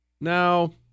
Now